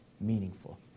meaningful